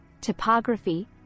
topography